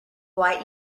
light